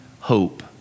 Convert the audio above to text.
hope